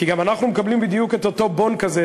כי גם אנחנו מקבלים בדיוק את אותו "בון" כזה,